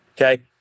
okay